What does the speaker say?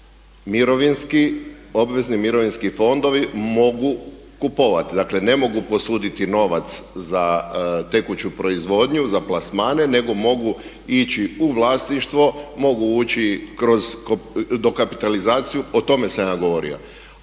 govorio kako obvezni mirovinski fondovi mogu kupovati. Dakle, ne mogu posuditi novac za tekuću proizvodnju, za plasmane nego mogu ići u vlasništvo, mogu ući kroz dokapitalizaciju. O tome sam ja govorio.